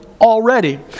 already